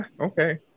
okay